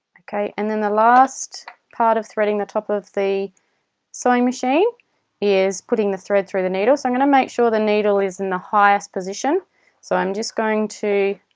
okay and then the last part of threading the top of the sewing machine is putting the thread through the needle so i'm going to make sure the needle is in the highest position so i'm just going to